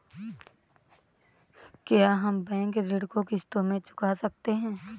क्या हम बैंक ऋण को किश्तों में चुका सकते हैं?